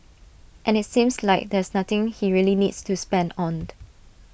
and IT seems like there's nothing he really needs to spend on